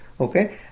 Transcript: okay